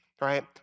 right